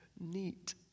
Neat